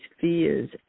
fears